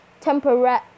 temporary